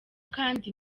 kandi